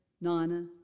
Nana